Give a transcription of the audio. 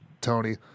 tony